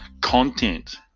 content